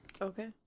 Okay